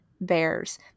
bears